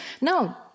no